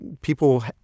people